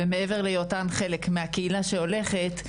ומעבר להיותן חלק מהקהילה שהולכת,